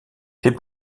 fait